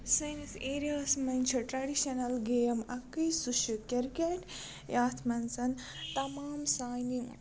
سٲنِس ایریاہَس منٛز چھِ ٹریڈِشنَل گیم اَکٕے سُہ چھُ کِرکَٹ یَتھ منٛز تَمام سانہِ